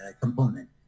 component